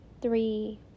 three